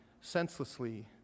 senselessly